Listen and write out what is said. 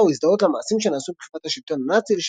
אהדה או הזדהות למעשים שנעשו בתקופת השלטון הנאצי